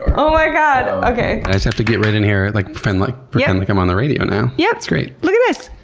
oh my god. okay. i just have to get right in here, like pretend like yeah like i'm on the radio now. yeah that's great. yep. look at this.